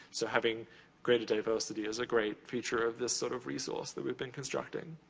so, having greater diversity is a great feature of this sort of resource that we've been constructing.